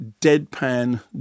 deadpan